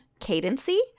cadency